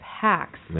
hacks